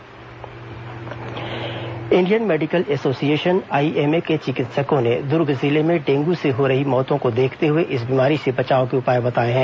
dengue बचाव Indian Medical Association IMA के चिकित्सकों ने दुर्ग जिले में डेंगू से हो रही मौतों को देखते हुए इस बीमारी से बचाव के उपाए बताए हैं